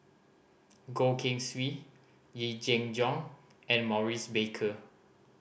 Goh Keng Swee Yee Jenn Jong and Maurice Baker